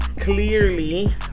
Clearly